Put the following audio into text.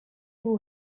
who